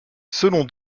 selon